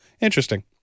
Interesting